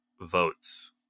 votes